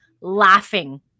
laughing